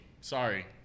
Sorry